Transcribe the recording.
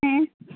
ᱦᱮᱸ